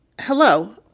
Hello